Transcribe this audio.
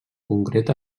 concret